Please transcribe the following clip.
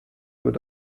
wird